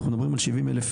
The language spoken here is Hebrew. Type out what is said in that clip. אנחנו מדברים על שבעים אלף